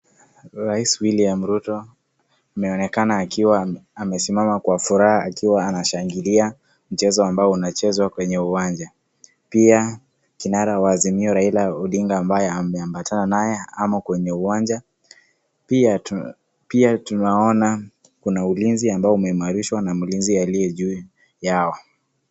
Rais William Ruto ameonekana akiwa amesimama kwa furaha akiwa anashangilia mchezo ambao unachezwa kwenye uwanja, pia kinara wa Azimio Raila Odinga ambaye ameambatana naye amo kwenye uwanja pia tunaona kuna ulinzi ambao umeimarishwa na na mlinzi aliye juu yao.